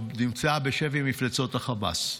או נמצאה בשבי מפלצות החמאס.